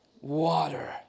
water